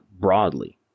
broadly